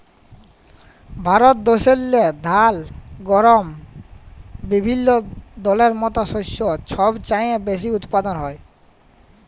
ভারত দ্যাশেল্লে ধাল, গহম বিভিল্য দলের মত শস্য ছব চাঁয়ে বেশি উৎপাদল হ্যয়